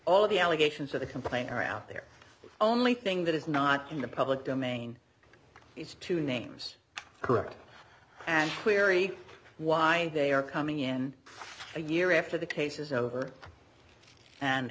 all the allegations of the complainer out there only thing that is not in the public domain is two names correct and query why they are coming in a year after the case is over and